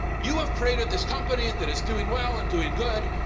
you have created this company that is doing well and doing good.